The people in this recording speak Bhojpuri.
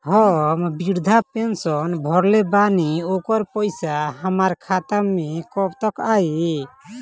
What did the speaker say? हम विर्धा पैंसैन भरले बानी ओकर पईसा हमार खाता मे कब तक आई?